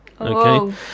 Okay